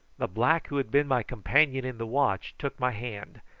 the black who had been my companion in the watch, took my hand,